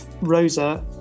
Rosa